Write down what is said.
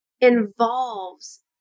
involves